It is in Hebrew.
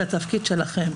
זה התפקיד שלכם,